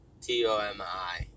T-O-M-I